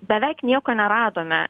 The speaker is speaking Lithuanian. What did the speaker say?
beveik nieko neradome